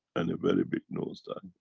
and a very big noise dive.